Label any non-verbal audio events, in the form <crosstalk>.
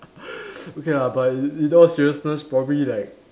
<laughs> okay ah but in in all seriousness probably like